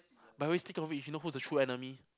by the way speaking of it you know who's the true enemy